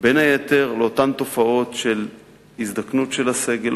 בין היתר לאותן תופעות של הזדקנות של הסגל,